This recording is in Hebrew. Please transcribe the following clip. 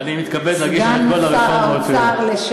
אני מתכבד להגיש לך את כל הרפורמות שלי.